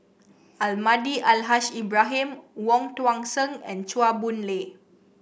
Almahdi Al Haj Ibrahim Wong Tuang Seng and Chua Boon Lay